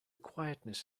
quietness